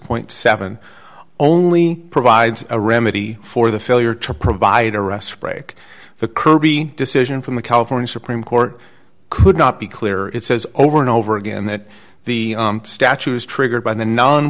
six seven only provides a remedy for the failure to provide arrest break the kirby decision from the california supreme court could not be clearer it says over and over again that the statute is triggered by the non